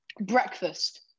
Breakfast